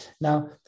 now